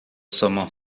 somos